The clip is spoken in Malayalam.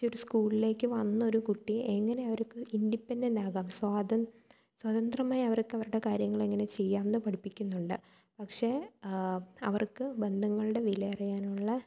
ജനിച്ചൊരു സ്കൂളിലേക്ക് വന്നൊരു കുട്ടിയെ എങ്ങനെ അവർക്ക് ഇൻഡിപെൻറ്റാകാം സ്വതന്ത്രമായി അവർക്ക് അവരുടെ കാര്യങ്ങളെങ്ങനെ ചെയ്യാം എന്ന് പഠിപ്പിക്കുന്നുണ്ട് പക്ഷേ അവർക്ക് ബന്ധങ്ങളുടെ വിലയറിയാനുള്ള